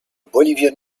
bolivian